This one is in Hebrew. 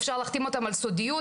אפשר להחתים אותם על סודיות,